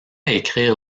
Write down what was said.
écrire